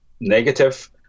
negative